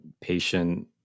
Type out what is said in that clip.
patient